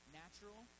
natural